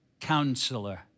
Counselor